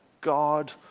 God